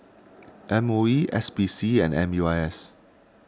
M O E S P C and M U I S